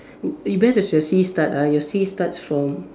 eh where does your sea start ah your sea starts from